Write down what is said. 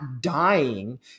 dying